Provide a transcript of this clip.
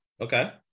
Okay